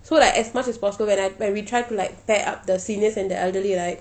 so like as much as possible when I when we try like pair up the seniors and the elderly right